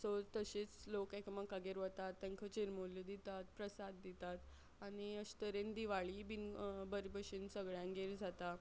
so तशेंच लोक एकामेकागेर वतात तांकां चिरमुल्यो दितात प्रसाद दितात आनी अशे तरेन दिवाळी बीन बरे भशेन सगळ्यांगेर जाता